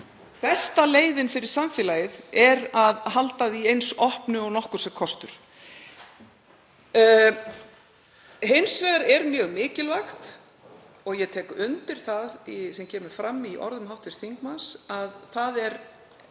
Besta leiðin fyrir samfélagið er að halda því eins opnu og nokkurs er kostur. Hins vegar er mjög mikilvægt, og ég tek undir það sem fram kemur í orðum hv. þingmanns, að stærsta